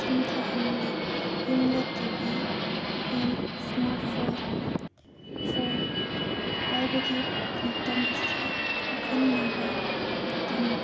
ꯊꯤꯟꯊꯍꯜꯂꯤ ꯌꯨꯝꯗ TV and smart phone phone ꯄꯥꯏꯕꯒꯤ ꯃꯇꯝ ꯑꯁꯤ ꯑꯈꯟꯅꯕ ꯃꯇꯝ